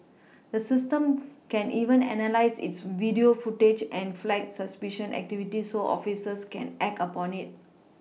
the system can even analyse its video footage and flag suspicious activity so officers can act upon it